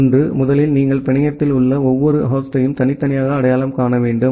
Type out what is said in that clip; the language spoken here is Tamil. ஒன்று முதலில் நீங்கள் பிணையத்தில் உள்ள ஒவ்வொரு ஹோஸ்டையும் தனித்தனியாக அடையாளம் காண வேண்டும்